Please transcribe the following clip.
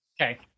Okay